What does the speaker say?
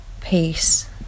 peace